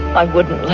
i wouldn't